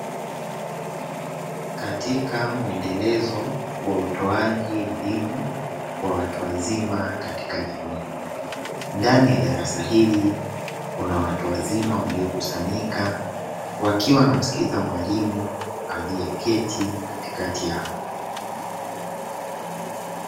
Katika mwendelezo wa utoaji elimu kwa watu wazima katika jamii, ndani ya darasa hili kuna watu wazima waliokusanyika wakiwa wanamsikiliza mwalimu aliyeketi katikati yao.